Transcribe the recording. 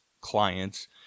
clients